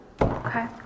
Okay